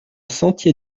sentier